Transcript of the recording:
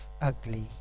ugly